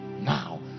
Now